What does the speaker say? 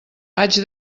haig